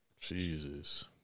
Jesus